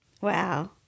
Wow